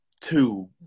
two